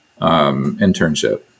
internship